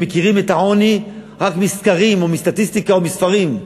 ומכירים את העוני רק מסקרים או מסטטיסטיקה או מספרים,